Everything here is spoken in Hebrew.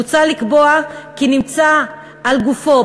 מוצע לקבוע כי נמצא על גופו,